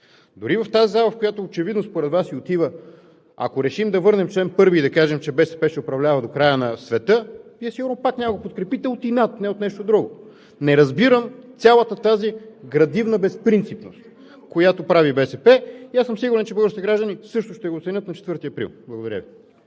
Дори в тази зала, която очевидно според Вас си отива, ако решим да върнем към чл. 1 и да кажем, че БСП ще управлява до края на света, Вие сигурно пак няма да го подкрепите от инат, не от нещо друго. Не разбирам цялата тази градивна безпринципност, която прави БСП, и съм сигурен, че българските граждани също ще го оценят на 4 април. Благодаря Ви.